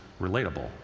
relatable